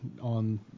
on